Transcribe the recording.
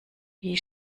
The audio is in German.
wie